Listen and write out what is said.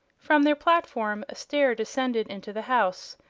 from their platform a stair descended into the house,